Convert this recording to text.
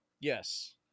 Yes